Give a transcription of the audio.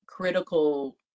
Critical